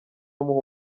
amuha